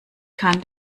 kann